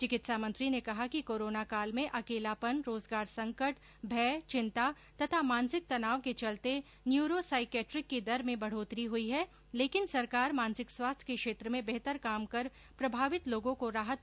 विकित्सा मंत्री ने कहा कि कोरोना काल में अकेलापन रोजगार संकट भय चिंता तथा मानसिक तनाव के चलते न्यूरोसाइकेट्रिक की दर में बढ़ोतरी हुई है लेकिन सरकार मानसिक स्वास्थ्य के क्षेत्र में बेहतर काम कर प्रभावित लोगों को राहत प्रदान कर रही है